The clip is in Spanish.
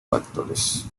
factores